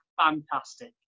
fantastic